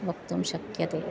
वक्तुं शक्यते